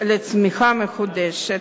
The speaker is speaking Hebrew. לצמיחה מחודשת.